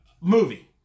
movie